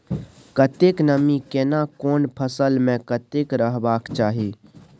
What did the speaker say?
कतेक नमी केना कोन फसल मे कतेक रहबाक चाही?